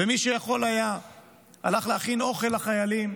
ומי שהיה יכול הלך להכין אוכל לחיילים,